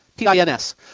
TINS